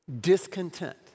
Discontent